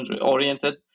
oriented